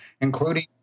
including